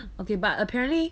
okay but apparently